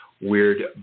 weird